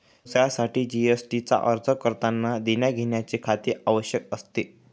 व्यवसायासाठी जी.एस.टी चा अर्ज करतांना देण्याघेण्याचे खाते आवश्यक असते